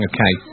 Okay